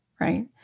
right